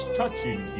touching